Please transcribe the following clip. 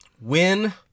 Win